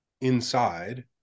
inside